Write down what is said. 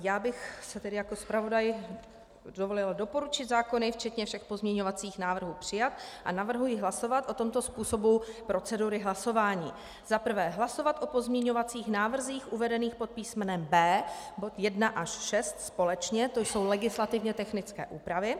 Já bych si tedy jako zpravodaj dovolila doporučit zákon včetně všech pozměňovacích návrhů přijmout a navrhuji hlasovat o tomto způsobu procedury hlasování: Za prvé, hlasovat o pozměňovacích návrzích uvedených pod písmenem B, bod 1 až 6 společně, to jsou legislativně technické úpravy.